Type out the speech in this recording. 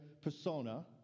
persona